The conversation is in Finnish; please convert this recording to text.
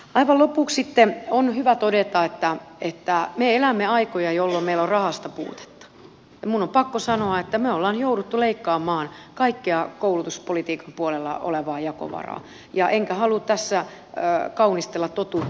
aivan lopuksi on hyvä todeta että me elämme aikoja jolloin meillä on rahasta puutetta ja minun on pakko sanoa että me olemme joutuneet leikkaamaan kaikkea koulutuspolitiikkapuolella olevaa jakovaraa enkä halua tässä kaunistella totuutta